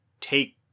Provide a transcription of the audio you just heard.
take